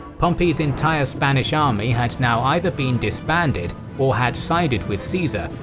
pompey's entire spanish army had now either been disbanded, or had sided with caesar,